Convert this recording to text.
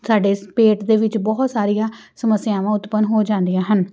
ਸਾਡੇ ਸ ਪੇਟ ਦੇ ਵਿੱਚ ਬਹੁਤ ਸਾਰੀਆਂ ਸਮੱਸਿਆਵਾਂ ਉਤਪੰਨ ਹੋ ਜਾਂਦੀਆਂ ਹਨ